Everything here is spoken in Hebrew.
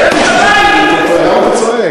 כן, משום, אבל הוא יהיה בבית.